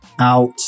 out